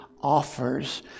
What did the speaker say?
offers